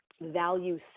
value